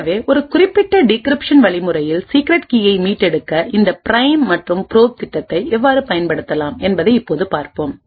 எனவே ஒரு குறிப்பிட்ட டிகிரிப்ஷன் வழிமுறையில் சீக்ரெட் கீயை மீட்டெடுக்கஇந்த பிரைம் மற்றும் ப்ரோப் திட்டத்தை எவ்வாறு பயன்படுத்தலாம் என்பதை இப்போது பார்ப்போம்